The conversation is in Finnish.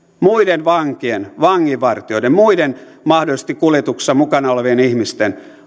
muiden vankien vanginvartijoiden muiden mahdollisesti kuljetuksessa mukana olevien ihmisten